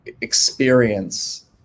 experience